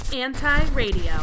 anti-radio